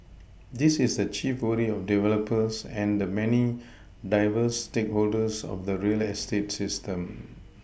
this is the chief worry of developers and the many diverse stakeholders of the real estate ecosystem